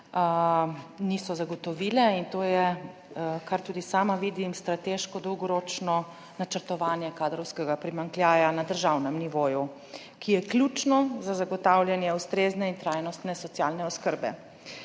niso zagotovile, in to je, kar tudi sama vidim, strateško dolgoročno načrtovanje kadrovskega primanjkljaja na državnem nivoju, ki je ključno za zagotavljanje ustrezne in trajnostne socialne oskrbe.